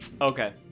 Okay